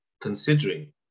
considering